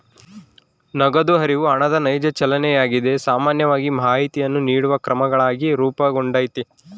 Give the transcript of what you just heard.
ನಗದು ಹರಿವು ಹಣದ ನೈಜ ಚಲನೆಯಾಗಿದೆ ಸಾಮಾನ್ಯವಾಗಿ ಮಾಹಿತಿಯನ್ನು ನೀಡುವ ಕ್ರಮಗಳಾಗಿ ರೂಪುಗೊಂಡೈತಿ